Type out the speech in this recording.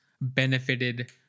benefited